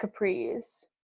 capris